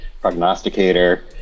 prognosticator